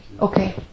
Okay